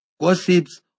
gossips